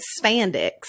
spandex